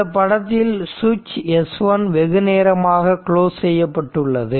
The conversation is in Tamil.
இந்த படத்தில் சுவிட்ச் S1 வெகுநேரமாக குளோஸ் செய்யப்பட்டுள்ளது